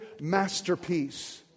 masterpiece